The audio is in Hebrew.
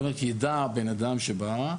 ידע בן אדם שבא,